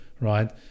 right